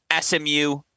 SMU